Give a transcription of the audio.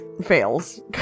fails